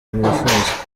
wifuza